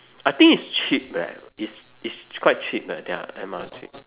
I think it's cheap leh it's it's quite cheap eh their M_R_T